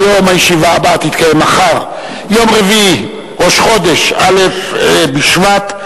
ומשפט, הצעת חוק הכנסת (תיקון מס' 29),